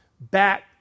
back